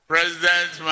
President